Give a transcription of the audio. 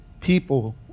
people